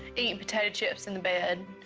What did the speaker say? potato chips in the bed.